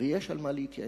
ויש על מה להתייעץ,